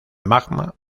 magma